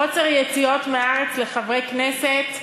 עוצר יציאות מהארץ לחברי כנסת,